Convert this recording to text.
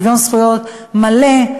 שוויון זכויות מלא,